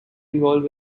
involved